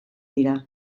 dira